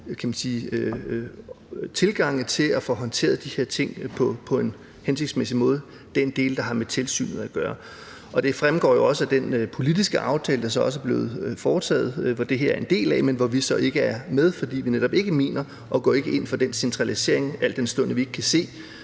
sige, til at få håndteret de her ting på en hensigtsmæssig måde, altså den del, der har med tilsynet at gøre. Det fremgår jo også af den politiske aftale, der også er blevet lavet, og som det her er en del af, men hvor vi så ikke er med, fordi vi netop ikke går ind for den centralisering, al den stund at vi ikke kan se,